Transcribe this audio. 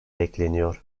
bekleniyor